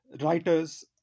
writers